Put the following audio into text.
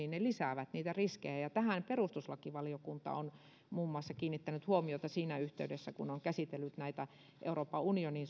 lisäävät riskejä tähän perustuslakivaliokunta on muun muassa kiinnittänyt huomiota siinä yhteydessä kun on käsitellyt näitä euroopan unionin